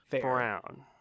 Brown